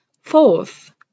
Fourth